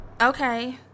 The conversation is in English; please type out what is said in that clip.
Okay